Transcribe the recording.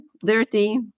Dirty